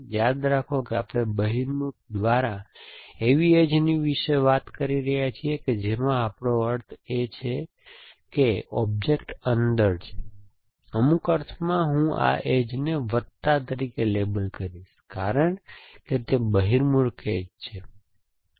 યાદ રાખો આપણે બહિર્મુખ દ્વારા એવી એજની વિશે વાત કરી રહ્યા છીએ કે જેમાં આપણો અર્થ એ છે કે ઑબ્જેક્ટ અંદર છે અમુક અર્થમાં હું આ એજને વત્તા તરીકે લેબલ કરીશ કારણ કે તે બહિર્મુખ એજછે